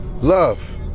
love